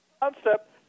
concept